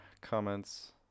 comments